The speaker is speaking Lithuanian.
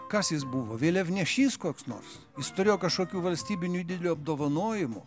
kas jis buvo vėliavnešys koks nors turėjo kažkokių valstybinių didelių apdovanojimų